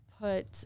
put